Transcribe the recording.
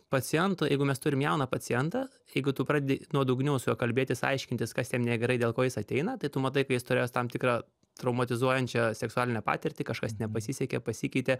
pacientų jeigu mes turim jauną pacientą jeigu tu pradedi nuodugniau su juo kalbėtis aiškintis kas jam negerai dėl ko jis ateina tai tu matai kad jis turėjęs tam tikrą traumatizuojančią seksualinę patirtį kažkas nepasisekė pasikeitė